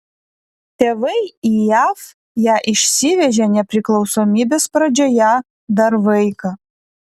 tėvai į jav ją išsivežė nepriklausomybės pradžioje dar vaiką